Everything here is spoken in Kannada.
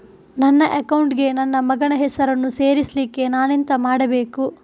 ನನ್ನ ಅಕೌಂಟ್ ಗೆ ನನ್ನ ಮಗನ ಹೆಸರನ್ನು ಸೇರಿಸ್ಲಿಕ್ಕೆ ನಾನೆಂತ ಮಾಡಬೇಕು?